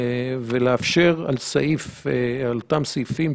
אנחנו נסדיר כלי זמני